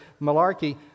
Malarkey